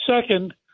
Second